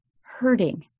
hurting